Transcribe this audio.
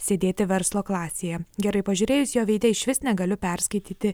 sėdėti verslo klasėje gerai pažiūrėjus jo veide išvis negaliu perskaityti